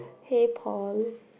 hey Paul